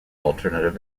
alternative